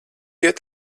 iet